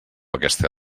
aquesta